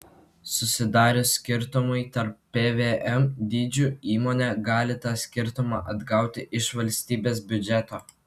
susidarius skirtumui tarp pvm dydžių įmonė gali tą skirtumą atgauti iš valstybės biudžeto